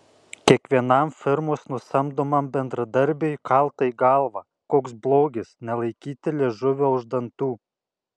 kiekvienam firmos nusamdomam bendradarbiui kalta į galvą koks blogis nelaikyti liežuvio už dantų